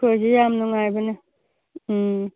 ꯑꯩꯈꯣꯏꯁꯤ ꯌꯥꯝ ꯅꯨꯡꯉꯥꯏꯕꯅꯤ ꯎꯝ